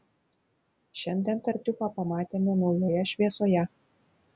šiandien tartiufą pamatėme naujoje šviesoje